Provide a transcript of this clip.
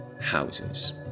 houses